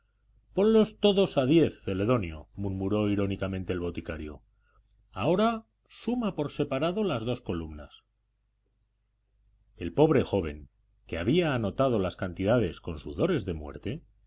ponlos todos a diez celedonio murmuró irónicamente el boticario ahora suma por separado las dos columnas el pobre joven que había anotado las cantidades con sudores de muerte